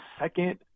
second